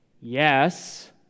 yes